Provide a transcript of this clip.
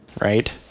Right